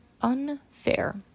unfair